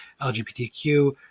LGBTQ